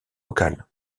local